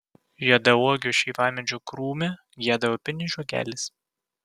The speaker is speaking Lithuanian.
juodauogio šeivamedžio krūme gieda upinis žiogelis